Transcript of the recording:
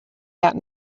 out